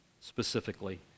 specifically